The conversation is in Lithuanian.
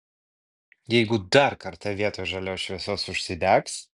jeigu dar kartą vietoj žalios šviesos užsidegs